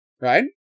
Right